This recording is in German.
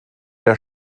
der